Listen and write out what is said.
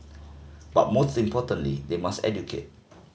but most importantly they must educate